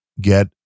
get